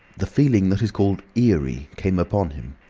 the feeling that is called eerie came upon him.